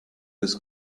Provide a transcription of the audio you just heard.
his